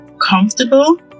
comfortable